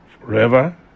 forever